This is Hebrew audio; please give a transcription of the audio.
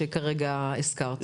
שכרגע הזכרת.